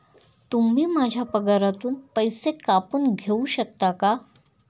तुम्ही माझ्या पगारातून पैसे कापून घेऊ शकता का?